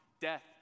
death